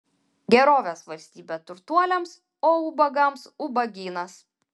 gerovės valstybė turtuoliams o ubagams ubagynas